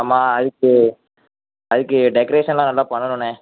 ஆமாம் அதுக்கு அதுக்கு டெக்ரேஷன்லாம் நல்லா பண்ணணுண்ண